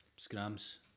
Scrams